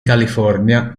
california